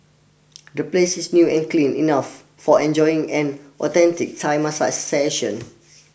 the place is new and clean enough for enjoying an authentic Thai massage session